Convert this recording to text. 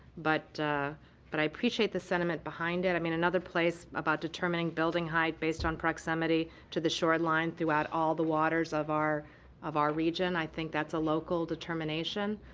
but but i appreciate the sentiment behind it. i mean, another place about determining building height based on proximity to the shore line throughout all the waters of our of our region, i think that's a local determination,